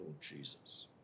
Jesus